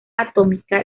atómica